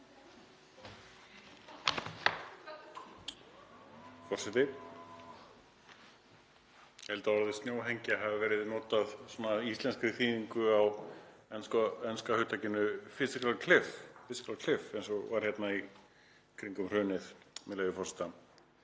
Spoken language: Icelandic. forseti. Ég held að orðið snjóhengja hafi verið notað í íslenskri þýðingu á enska hugtakinu „fiscal cliff“ eins og var hérna í kringum hrunið, með leyfi forseta.